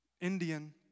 Indian